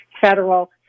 federal